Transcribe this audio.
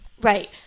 Right